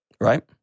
Right